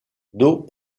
dos